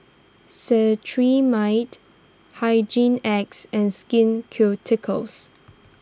Cetrimide Hygin X and Skin Ceuticals